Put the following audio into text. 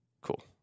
cool